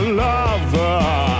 lover